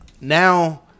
Now